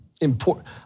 important